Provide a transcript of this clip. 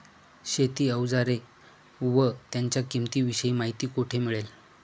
शेती औजारे व त्यांच्या किंमतीविषयी माहिती कोठे मिळेल?